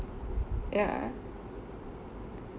ya